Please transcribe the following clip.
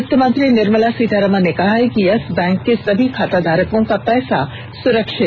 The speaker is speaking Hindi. वित्तमंत्री निर्मला सीतारमण ने कहा है कि यस बैंक के सभी खाताधारकों का पैसा सुरक्षित